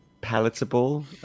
palatable